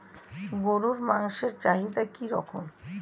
গরুর মাংসের চাহিদা কি রকম?